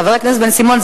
חבר הכנסת בן-סימון,